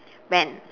when